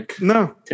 No